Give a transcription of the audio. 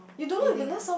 fusing ah